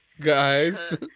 Guys